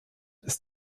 ist